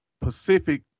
Pacific